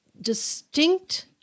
distinct